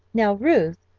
now ruth,